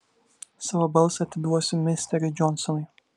savo balsą atiduosiu misteriui džonsonui